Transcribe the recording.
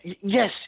Yes